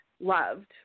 loved